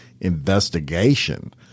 investigation